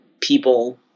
people